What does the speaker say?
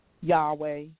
Yahweh